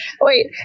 Wait